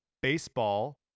Baseball